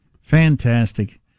Fantastic